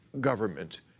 government